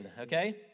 okay